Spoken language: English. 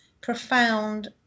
profound